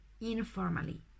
informally